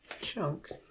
chunk